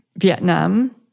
Vietnam